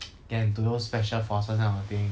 get into those special forces kind of thing